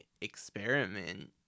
experiment